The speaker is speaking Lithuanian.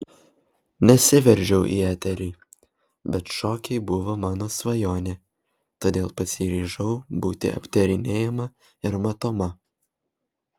nesiveržiau į eterį bet šokiai buvo mano svajonė todėl pasiryžau būti aptarinėjama ir matoma